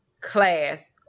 class